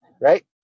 right